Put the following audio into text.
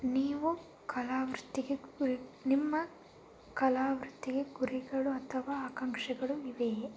ನೀವು ಕಲಾವೃತ್ತಿಗೆ ನಿಮ್ಮ ಕಲಾವೃತ್ತಿಗೆ ಗುರಿಗಳು ಅಥವಾ ಆಕಾಂಕ್ಷೆಗಳು ಇವೆಯೇ